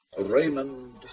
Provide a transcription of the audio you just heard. Raymond